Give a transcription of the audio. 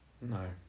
No